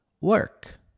work